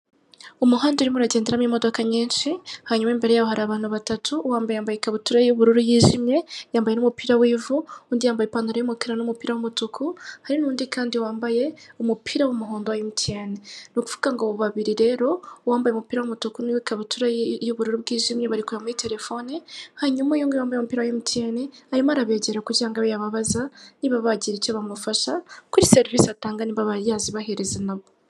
Umuhanda urimo uragenderamo imodoka nyinshi, hanyuma imbere yawo hari abantu batatu, uwambaye yambaye ikabutura y'ubururu yijimye, yambaye n'umupira wivu. Undi yambaye ipantaro y'umukara n'umupira w'umutuku. Hari n'undi kandi wambaye umupira w'umuhondo wa Emutiyeni. Ni ukuvuga ngo abo babiri rero, uwambaye umupira w'umutuku n'ikabutura y'uburu bwijimye bari kureba muri telefoni. Hanyuma uyunguyu wambaye umupira wa Emutiyeni arimo arabegera kugira ngo abe yababaza niba bagira icyo bamufasha kuri serivisi atanga nimba yazibahereza nabo.